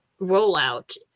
rollout